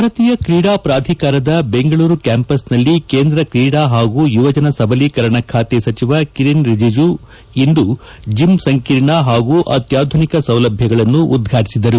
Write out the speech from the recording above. ಭಾರತೀಯ ಕ್ರೀಡಾ ಪ್ರಾಧಿಕಾರದ ಬೆಂಗಳೂರು ಕ್ಯಾಂಪಸ್ನಲ್ಲಿ ಕೇಂದ್ರ ತ್ರೀಡಾ ಪಾಗೂ ಯುವಜನ ಸಬಲೀಕರಣ ಖಾತೆ ಸಚಿವ ಕಿರೆನ್ ರಿಜೆಜು ಇಂದು ಜಿಮ್ ಸಂಕೀರ್ಣ ಹಾಗೂ ಅತ್ಯಾಧುನಿಕ ಸೌಲಭ್ಯಗಳನ್ನು ಉದ್ಘಾಟಿಸಿದರು